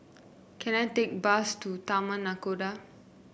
can I take bus to Taman Nakhoda